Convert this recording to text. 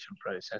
process